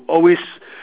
always